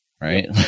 Right